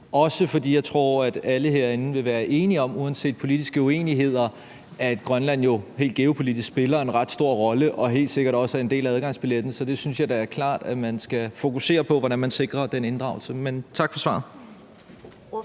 – hvilket jeg tror at alle herinde vil være enige om uanset politiske uenigheder – jo geopolitisk spiller en ret stor rolle og helt sikkert også er en del af adgangsbilletten. Så jeg synes da, det er klart, at man skal fokusere på, hvordan man sikrer den inddragelse. Tak for svaret.